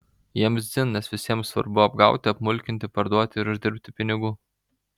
jiems dzin nes visiems svarbu apgauti apmulkinti parduoti ir uždirbti pinigų